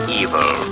evil